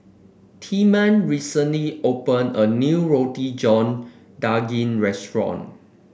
Tilman recently opened a new Roti John Daging restaurant